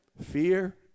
fear